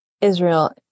Israel